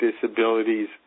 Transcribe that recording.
disabilities